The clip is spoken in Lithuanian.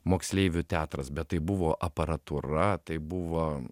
moksleivių teatras bet tai buvo aparatūra tai buvo